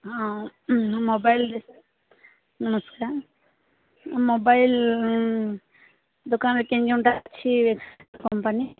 ହଁ ମୋବାଇଲ୍ରେ ନମସ୍କାର ମୋବାଇଲ୍ ଦୋକାନରେ କେଉଁ କେଉଁଟା ଅଛି କମ୍ପାନୀ